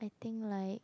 I think like